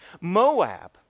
Moab